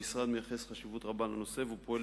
המשרד מייחס חשיבות רבה לנושא והוא פועל